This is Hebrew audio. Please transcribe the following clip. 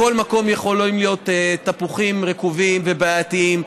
בכל מקום יכולים להיות תפוחים רקובים ובעייתיים,